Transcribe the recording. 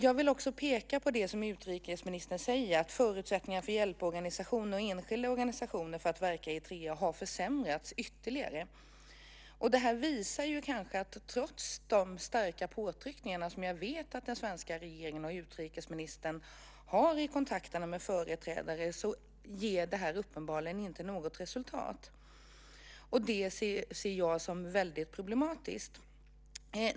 Jag vill också peka på det som utrikesministern säger. Förutsättningar för hjälporganisationer och enskilda organisationer för att verka i Eritrea har försämrats ytterligare. Det visar att trots de starka påtryckningar som jag vet att den svenska regeringen och utrikesministern har utövat i kontakterna med företrädare blir det uppenbarligen inte något resultat. Det ser jag som väldigt problematiskt.